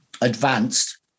advanced